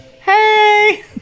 hey